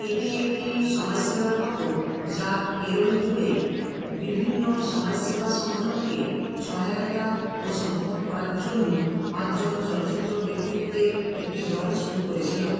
এটি একটি সমাজসেবার মতো যা কেরল জুড়ে বিভিন্ন সমাজসেবা সংগঠনকে সহায়তা ও সমর্থন করার জন্য পাঁচজন চলচ্চিত্র ব্যক্তিত্বের একটি দল শুরু করেছিল